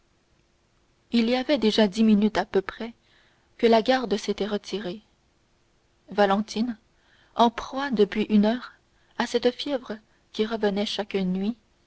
il y avait déjà dix minutes à peu près que la garde s'était retirée valentine en proie depuis une heure à cette fièvre qui revenait chaque nuit